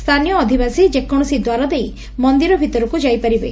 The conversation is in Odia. ସ୍ସାନୀୟ ଅଧିବାସୀ ଯେକୌଣସି ଦ୍ୱାରଦେଇ ମନ୍ଦିର ଭିତରକୁ ଯାଇପାରିବେ